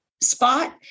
spot